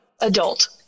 adult